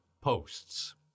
posts